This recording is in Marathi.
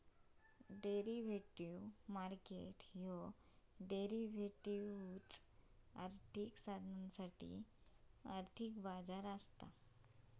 डेरिव्हेटिव्ह मार्केट ह्यो डेरिव्हेटिव्ह्ज, आर्थिक साधनांसाठी आर्थिक बाजार असा